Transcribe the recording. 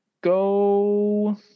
go